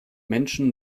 menschen